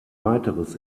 weiteres